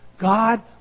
God